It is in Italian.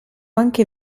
anche